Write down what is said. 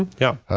yeah.